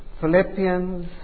Philippians